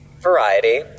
Variety